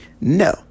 no